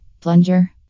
Plunger